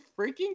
freaking